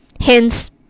hence